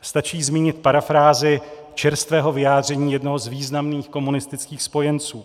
Stačí zmínit parafrázi čerstvého vyjádření jednoho z významných komunistických spojenců: